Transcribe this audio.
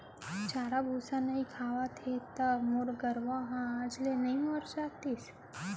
चारा भूसा नइ खवातेंव त मोर गरूवा ह तो आज ले मर नइ जातिस